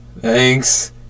thanks